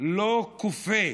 לא כופה